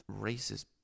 racist